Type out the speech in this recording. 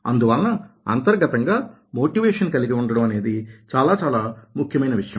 అందువలన అంతర్గతంగా మోటివేషన్ కలిగి ఉండడం అనేది చాలా చాలా ముఖ్యమైన విషయం